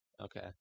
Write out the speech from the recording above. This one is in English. Okay